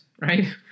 right